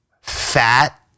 fat